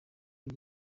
nzi